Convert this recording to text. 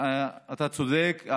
אתה צודק,